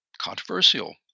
controversial